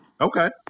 Okay